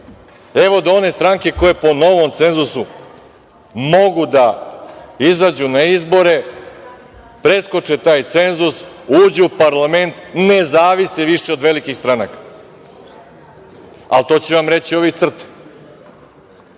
Evo, da one stranke koje po novom cenzusu mogu da izađu na izbore preskoče taj cenzus, uđu u parlament, ne zavise više od velikih stranaka. To će vam reći ovi iz